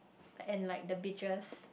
and like the beaches